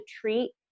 treat